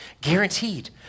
guaranteed